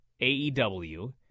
AEW